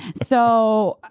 so,